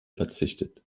verzichtet